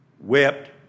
wept